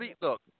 Look